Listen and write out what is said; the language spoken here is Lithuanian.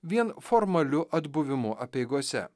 vien formaliu atbuvimu apeigose